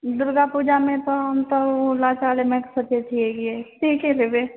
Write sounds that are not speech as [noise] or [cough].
दुर्गापूजा मे तऽ हम तऽ ओ [unintelligible]